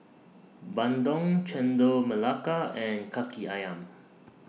Bandung Chendol Melaka and Kaki Ayam